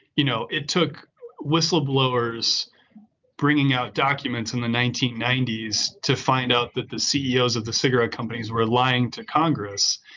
you know, it took whistleblowers bringing out documents in the nineteen ninety s to find out that the ceos of the cigarette companies were lying to congress.